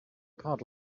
part